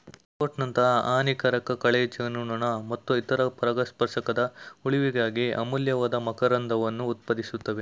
ರಾಗ್ವರ್ಟ್ನಂತಹ ಹಾನಿಕಾರಕ ಕಳೆ ಜೇನುನೊಣ ಮತ್ತು ಇತರ ಪರಾಗಸ್ಪರ್ಶಕದ ಉಳಿವಿಗಾಗಿ ಅಮೂಲ್ಯವಾದ ಮಕರಂದವನ್ನು ಉತ್ಪಾದಿಸ್ತವೆ